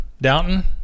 Downton